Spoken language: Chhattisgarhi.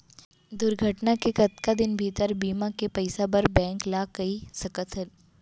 दुर्घटना के कतका दिन भीतर बीमा के पइसा बर बैंक ल कई सकथन?